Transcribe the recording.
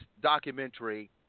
documentary